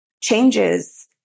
changes